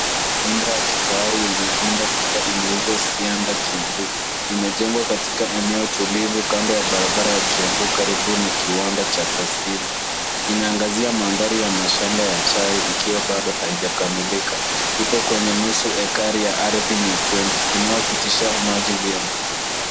Nyumba ya kifahari yenye vyumba sita inauzwa Sianda, Kiambu. Limejengwa katika eneo tulivu kando ya barabara ya Kiambu karibu na kiwanda cha Sassini. Inaashiria mazingira ya mandhari ya chai ikiwa bado haijakamilika. Ipo kwenye nusu ekari ya ardhi nyekundu inayopitisha maji vyema.